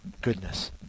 goodness